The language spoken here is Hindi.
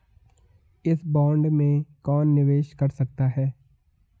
इस बॉन्ड में कौन निवेश कर सकता है?